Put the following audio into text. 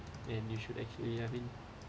and you should actually have been